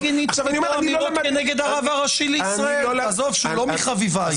אני גינתי אמירות כנגד הרב הראשי לישראל שהוא לא מחביביי.